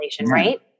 right